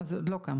אז זה עוד לא הוקם?